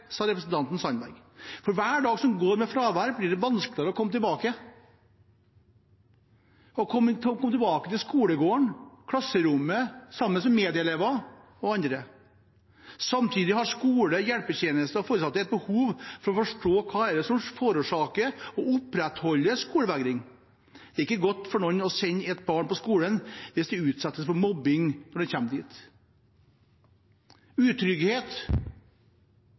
sa representanten Sandberg. For hver dag som går med fravær, blir det vanskeligere å komme tilbake, komme tilbake til skolegården, klasserommet sammen med medelever og andre. Samtidig har skole, hjelpetjenesten og foresatte et behov for å forstå hva det er som forårsaker og opprettholder skolevegring. Det er ikke godt for noen å sende et barn på skolen hvis det utsettes for mobbing når det kommer dit. Ved utrygghet